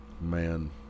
Man